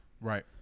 Right